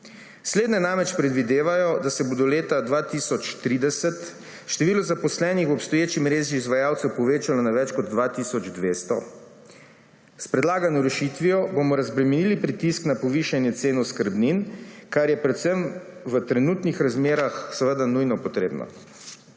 Slednji namreč predvidevajo, da se bo do leta 2030 število zaposlenih v obstoječi mreži izvajalcev povečalo na več kot 2 tisoč 200. S predlagano rešitvijo bomo razbremenili pritisk na povišanje cen oskrbnin, kar je v trenutnih razmerah nujno potrebno.